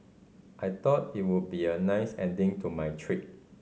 I thought it would be a nice ending to my trip